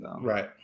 Right